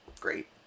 Great